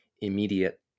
immediate